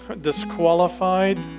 disqualified